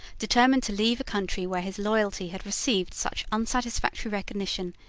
determined to leave a country where his loyalty had received such unsatisfactory recognition,